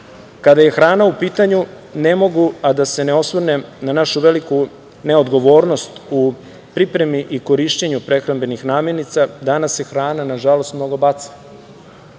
je hrana u pitanju ne mogu a da se ne osvrnem na našu veliku neodgovornost u pripremi i korišćenju prehrambenih namirnica. Danas se hrana, nažalost, mnogo baca.